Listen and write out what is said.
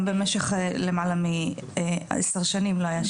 גם במשך למעלה מ-10 שנים לא היה שינוי.